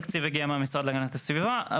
התקציב הגיע מהמשרד להגנת הסביבה.